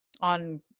on